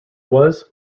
was